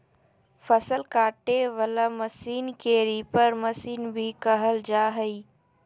फसल काटे वला मशीन के रीपर मशीन भी कहल जा हइ